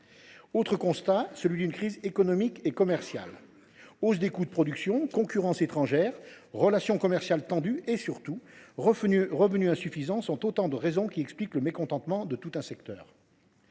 Autre constat, celui d’une crise économique et commerciale. Hausse des coûts de production, concurrence étrangère, relations commerciales tendues et, surtout, revenus insuffisants sont autant de raisons qui expliquent le mécontentement de tout un secteur.